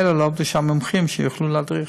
ממילא לא עבדו שם מומחים שיכלו להדריך.